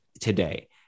today